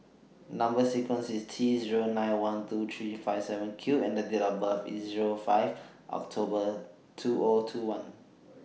Number sequence IS T Zero nine one two three five seven Q and Date of birth IS Zero five October two O two one